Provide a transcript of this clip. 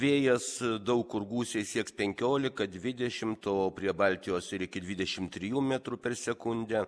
vėjas daug kur gūsiai sieks penkioliką dvidešimt o prie baltijos ir iki dvidešimt trijų metrų per sekundę